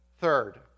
Third